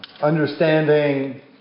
understanding